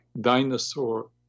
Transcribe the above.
dinosaur